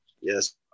Yes